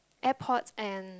airport and